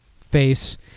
face